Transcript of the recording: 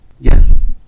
Yes